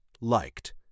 liked